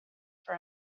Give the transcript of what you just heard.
for